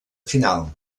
final